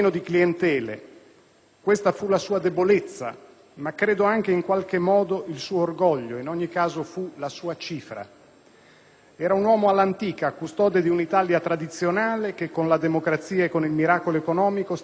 Questa fu la sua debolezza ma credo anche, in qualche modo, il suo orgoglio; in ogni caso, fu la sua cifra. Era un uomo all'antica, custode di un'Italia tradizionale, che con la democrazia e con il miracolo economico stava cambiando pelle.